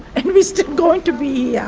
and we're still going to be yeah